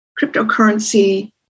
cryptocurrency